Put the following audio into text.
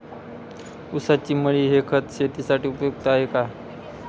ऊसाची मळी हे खत शेतीसाठी उपयुक्त आहे का?